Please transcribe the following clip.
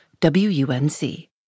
WUNC